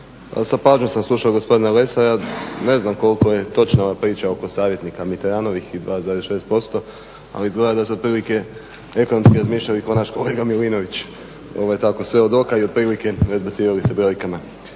Sa pažnjom sam slušao gospodina Lesara, ne znam koliko je točna ova priča oko savjetnika Mitterrandovih i 2,6% ali izgleda da su otprilike ekonomski razmišljali kao naš kolega Milinović, tako sve od oka i otprilike razbacivali se brojkama.